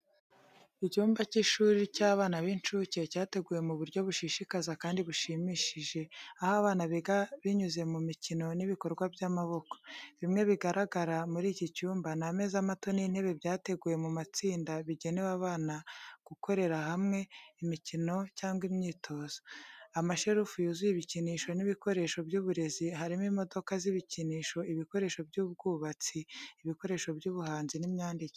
Icyumba cy’ishuri cy’abana b’incuke cyateguwe mu buryo bushishikaza kandi bushimishije, aho abana biga banyuze mu mikino n’ibikorwa by’amaboko. Bimwe bigaragara muri iki cyumba, ni ameza mato n’intebe byateguwe mu matsinda, bigenewe abana gukorera hamwe imikino cyangwa imyitozo. Amashelufu yuzuye ibikinisho n’ibikoresho by’uburezi, harimo imodoka z’ibikinisho, ibikoresho by’ubwubatsi, ibikoresho by’ubuhanzi n’imyandikire.